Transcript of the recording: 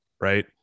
right